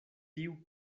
tiu